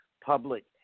public